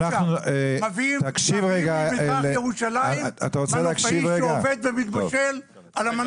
מביאים ממזרח ירושלים מנופאי שעובד ומתבשל על המנוף.